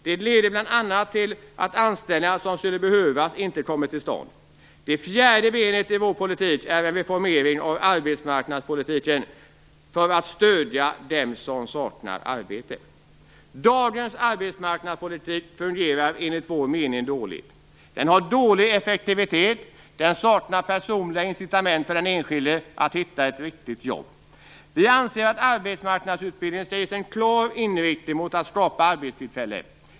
Det leder bl.a. till att de anställningar som skulle behövas inte kommer till stånd. Det fjärde benet i vår politik är en reformering av arbetsmarknadspolitiken för att stödja dem som saknar arbete. Dagens arbetsmarknadspolitik fungerar enligt vår mening dåligt. Den har dålig effektivitet, den saknar personliga incitament för den enskilde att hitta ett riktigt jobb. Vi anser att arbetsmarknadsutbildningen skall ges en klar inriktning mot att skapa arbetstillfällen.